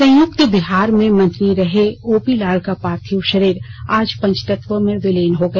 संयुक्त बिहार में मंत्री रहे ओपी लाल का पार्थिव शरीर आज पंचतत्व में विलीन हो गया